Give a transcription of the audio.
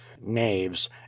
knaves